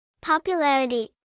Popularity